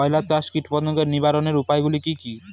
করলা চাষে কীটপতঙ্গ নিবারণের উপায়গুলি কি কী?